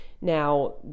now